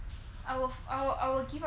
I will I will give up friendship